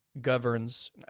governs